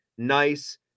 Nice